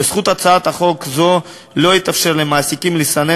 בזכות הצעת חוק זו לא יתאפשר למעסיקים לסנן